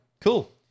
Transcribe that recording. Cool